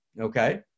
Okay